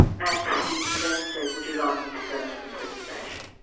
and he then said, would you like me to go to the police station,